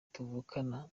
tuvukana